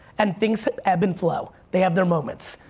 and things that ebb and flow, they have their moments.